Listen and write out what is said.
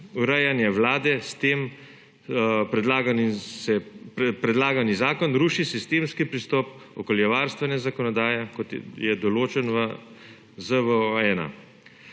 urejanje Vlade. S tem predlagani zakon ruši sistemski pristop okoljevarstvene zakonodaje, kot je določen v ZVO-1.